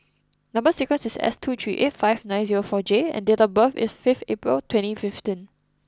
number sequence is S two three eight five nine zero four J and date of birth is fifth April twenty fifteen